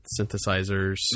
synthesizers